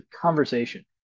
conversation